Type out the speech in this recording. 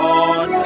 on